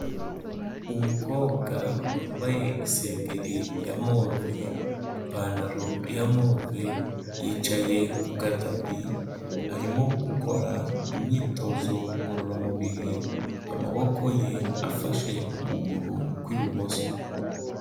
Umukobwa wambaye isengeri ya move, ipantaro ya move, yicaye ku gatapi arimo gukora imyitozo ngororamubiri, amaboko ye afashe ukuguru kw'ibumoso.